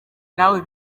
nawe